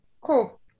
cool